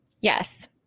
yes